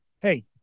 hey